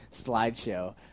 slideshow